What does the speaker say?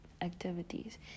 activities